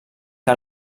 que